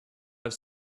have